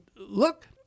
look